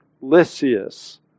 Lysias